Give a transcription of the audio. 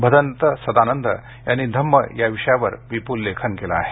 भदंत सदानंद यांनी धम्म या विषयावर विपुल लेखन केलं आहे